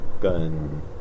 Gun